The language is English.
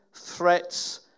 threats